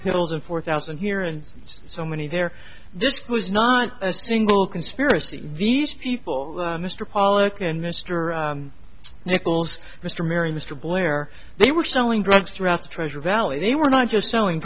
pills and four thousand here and so many there this was not a single conspiracy these people mr pollock and mr nichols mr marry mr blair they were selling drugs throughout the treasure valley they were not just selling